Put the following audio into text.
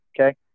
Okay